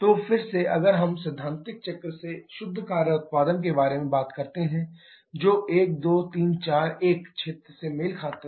तो फिर से अगर हम सैद्धांतिक चक्र से शुद्ध कार्य उत्पादन के बारे में बात करते हैं जो 1 2 3 4 1 क्षेत्र से मेल खाती है